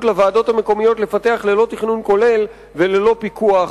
לוועדות המקומיות לפתח את השטחים האלה ללא תכנון כולל וללא פיקוח.